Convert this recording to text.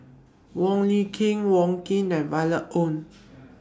Wong Lin Ken Wong Keen and Violet Oon